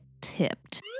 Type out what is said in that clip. tipped